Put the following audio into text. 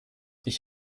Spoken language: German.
ich